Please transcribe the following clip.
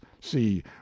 see